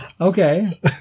Okay